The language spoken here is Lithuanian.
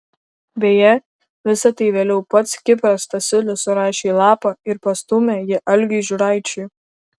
beje visa tai vėliau pats kipras stasiulis surašė į lapą ir pastūmė jį algiui žiūraičiui